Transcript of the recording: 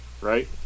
right